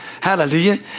Hallelujah